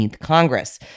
Congress